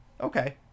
Okay